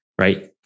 right